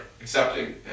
accepting